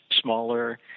smaller